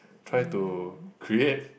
try to create